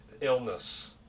illness